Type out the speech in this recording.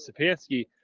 Sapansky